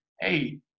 hey